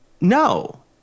No